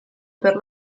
per